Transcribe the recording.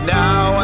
now